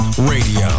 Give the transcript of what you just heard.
Radio